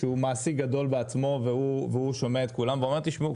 שהוא מעסיק גדול בעצמו ושומע את כולם ואומר 'תשמעו,